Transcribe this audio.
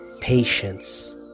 Patience